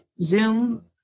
Zoom